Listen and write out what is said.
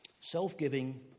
Self-giving